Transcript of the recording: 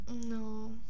No